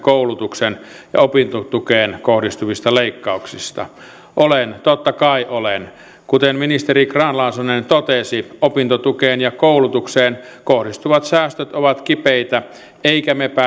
koulutukseen ja opintotukeen kohdistuvista leikkauksista olen totta kai olen kuten ministeri grahn laasonen totesi opintotukeen ja koulutukseen kohdistuvat säästöt ovat kipeitä emmekä me